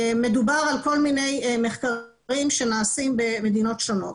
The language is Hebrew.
מדובר על כל מיני מחקרים שנעשים במדינות שונות.